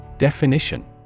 Definition